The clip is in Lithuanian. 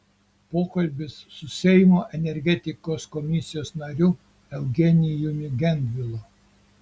pokalbis su seimo energetikos komisijos nariu eugenijumi gentvilu